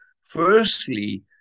firstly